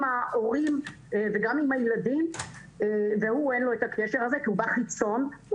ההורים וגם עם הילדים ולו אין את הקשר הזה כי הוא חיצוני - הוא